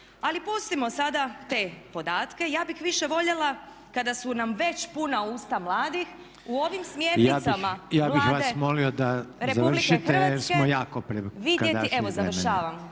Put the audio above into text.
Ali pustimo sada te podatke. Ja bih više voljela kada su nam već puna usta mladih u ovim smjernicama Vlade Republike Hrvatske … …/Upadica